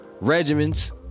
regiments